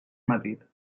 madrid